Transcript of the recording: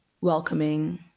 welcoming